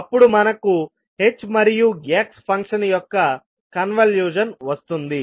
అప్పుడు మనకు h మరియు x ఫంక్షన్ యొక్క కన్వల్యూషన్ వస్తుంది